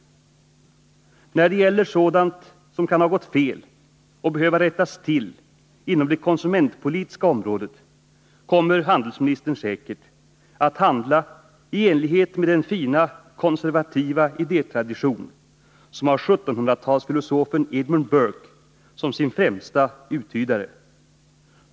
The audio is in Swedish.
När det gäller sådant som kan ha gått fel och behöver rättas till inom det konsumentpolitiska området kommer handelsministern säkert att handla i enlighet med den fina konservativa idétradition som har 1700-talsfilosofen Edmund Burke som sin främste uttydare.